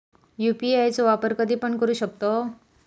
UPI चो वापर कधीपण करू शकतव?